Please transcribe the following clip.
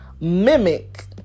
mimic